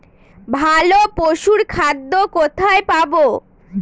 ভালো পশুর খাদ্য কোথায় পাবো?